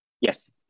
Yes